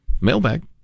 Mailbag